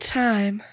time